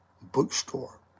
Bookstore